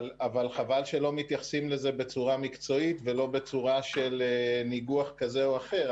חבל שלא מתייחסים לזה בצורה מקצועית ולא בצורה של ניגוח כזה או אחר,